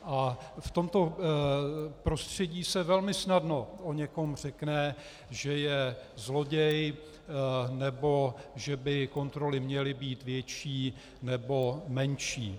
A v tomto prostředí se velmi snadno o někom řekne, že je zloděj nebo že by kontroly měly být větší nebo menší.